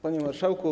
Panie Marszałku!